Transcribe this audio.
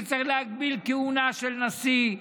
שצריך להגביל כהונה של נשיא.